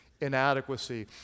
inadequacy